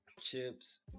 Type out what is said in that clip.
chips